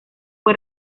fue